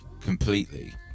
completely